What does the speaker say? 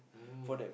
mm